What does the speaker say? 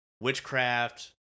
witchcraft